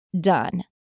done